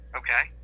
okay